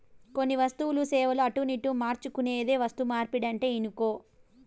కొన్ని వస్తువులు, సేవలు అటునిటు మార్చుకునేదే వస్తుమార్పిడంటే ఇనుకో